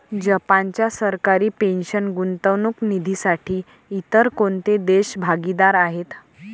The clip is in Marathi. जपानच्या सरकारी पेन्शन गुंतवणूक निधीसाठी इतर कोणते देश भागीदार आहेत?